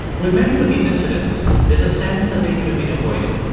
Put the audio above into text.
with many of these incidents, there's a sense that they could have been avoided,